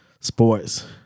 sports